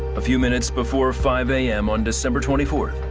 a few minutes before five am on december twenty fourth,